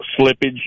slippage